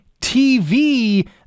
TV